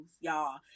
y'all